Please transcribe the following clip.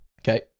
Okay